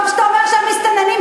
טוב שאתה אומר שהם מסתננים,